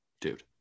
dude